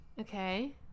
Okay